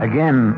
Again